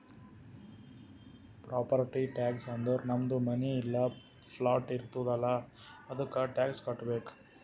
property tax ಅಂದುರ್ ನಮ್ದು ಮನಿ ಇಲ್ಲಾ ಪ್ಲಾಟ್ ಇರ್ತುದ್ ಅಲ್ಲಾ ಅದ್ದುಕ ಟ್ಯಾಕ್ಸ್ ಕಟ್ಟಬೇಕ್